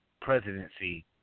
presidency